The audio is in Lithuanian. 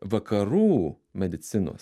vakarų medicinos